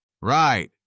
Right